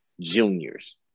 juniors